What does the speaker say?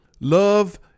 Love